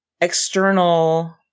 external